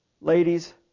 Ladies